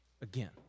again